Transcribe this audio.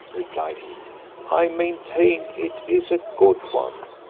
replied he i maintain it is a good one.